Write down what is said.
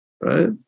right